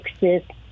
exist